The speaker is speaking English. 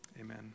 Amen